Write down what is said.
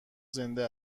زنده